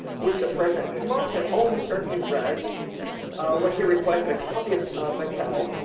which the president must have almost certainly have read when he requested a copy of of vattel,